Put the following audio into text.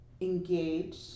engage